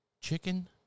Chicken